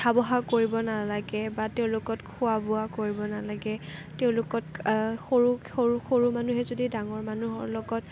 উঠা বহা কৰিব নালাগে বা তেওঁলোকত খোৱা বোৱা কৰিব নালাগে তেওঁলোকত সৰু সৰু সৰু মানুহে যদি ডাঙৰ মানুহৰ লগত